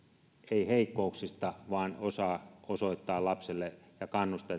ei heikkouksista vaan osaa osoittaa lapselle ja kannustaa